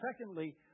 secondly